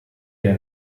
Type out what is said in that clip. der